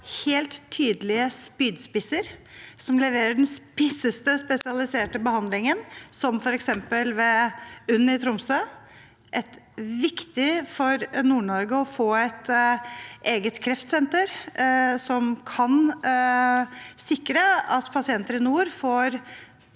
helt tydelige spydspisser som leverer den spisseste spesialiserte behandlingen, som f.eks. ved UNN i Tromsø. Det er viktig for Nord-Norge å få et eget kreftsenter som kan sikre at pasienter i nord får